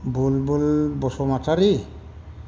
Bulbul Basumatary